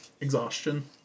exhaustion